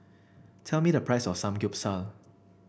tell me the price of Samgyeopsal